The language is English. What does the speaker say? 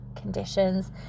conditions